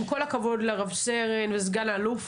עם כל הכבוד לרב-סרן וסגן אלוף,